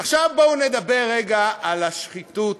עכשיו בואו נדבר רגע על השחיתות